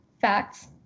facts